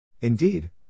Indeed